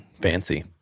Fancy